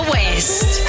West